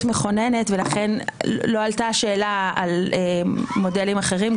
מכוננת ולכן לא עלתה השאלה על מודלים אחרים,